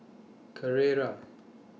Carrera